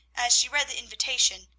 as she read the invitation,